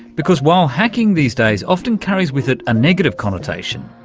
because while hacking these days often carries with it a negative connotation.